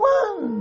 one